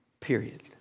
period